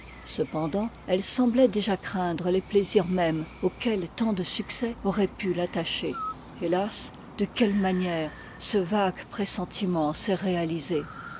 cependant elle semblait déjà craindre tes plaisirs mêmes auxquels tant de succès auraient pu l'attacher hétas de quelle manière ce vague pressentiment s'est réalisé